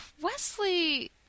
Wesley